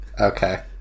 Okay